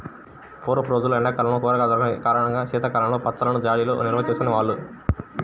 పూర్వపు రోజుల్లో ఎండా కాలంలో కూరగాయలు దొరికని కారణంగా శీతాకాలంలో పచ్చళ్ళను జాడీల్లో నిల్వచేసుకునే వాళ్ళు